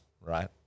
right